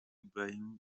ibrahim